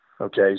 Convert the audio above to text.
Okay